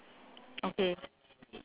okay